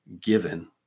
given